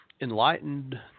enlightened